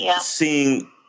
seeing